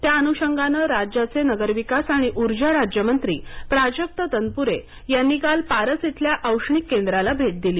त्या अनुषगानं राज्याचे नगरविकास आणि उर्जा राज्यमंत्री प्राजक्त तनपुरे यांनी काल पारस इथल्या औष्णिक केंद्राला भेट दिली